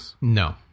No